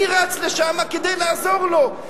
אני רץ לשם כדי לעזור לו,